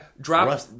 Drop